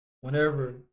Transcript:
whenever